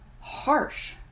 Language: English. harsh